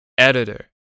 editor